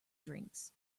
drinks